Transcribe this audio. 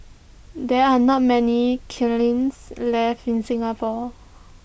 there are not many killings left in Singapore